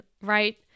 right